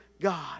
God